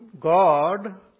God